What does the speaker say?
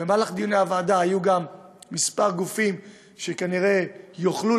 בדיוני הוועדה היו גם כמה גופים שכנראה יוכלו